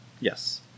Yes